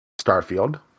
Starfield